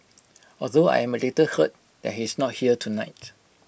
although I am A little hurt that he's not here tonight